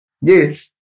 Yes